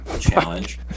challenge